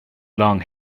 long